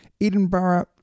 Edinburgh